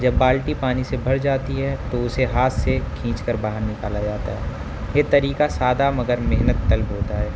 جب بالٹی پانی سے بھر جاتی ہے تو اسے ہاتھ سے کھینچ کر باہر نکالا جاتا ہے یہ طریقہ سادہ مگر محنت طلب ہوتا ہے